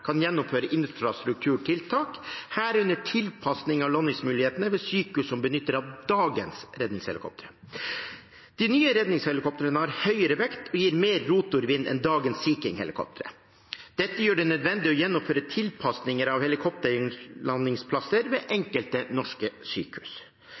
kan gjennomføre infrastrukturtiltak, herunder tilpasning av landingsmulighetene ved sykehus som benytter dagens redningshelikoptre. De nye redningshelikoptrene har høyere vekt og gir mer rotorvind enn dagens Sea King-helikoptre. Dette gjør det nødvendig å gjennomføre tilpasninger av helikopterlandingsplasser ved